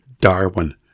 Darwin